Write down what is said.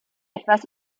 etwas